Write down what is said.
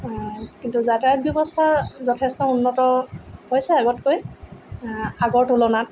কিন্তু যাতায়ত ব্যৱস্থা যথেষ্ট উন্নত হৈছে আগতকৈ আগৰ তুলনাত